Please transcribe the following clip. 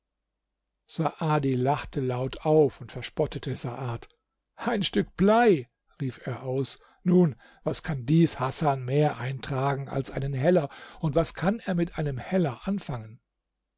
saadi lachte laut auf und verspottete saad ein stück blei rief er aus nun was kann dies hasan mehr eintragen als einen heller und was kann er mit einem heller anfangen